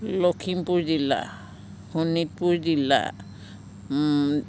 লখিমপুৰ জিলা শোণিতপুৰ জিলা